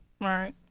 Right